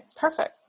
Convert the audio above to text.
perfect